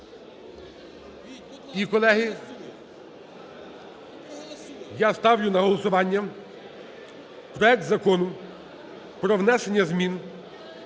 І, колеги, я ставлю на голосування проект Закону про внесення змін